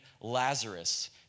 Lazarus